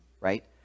Right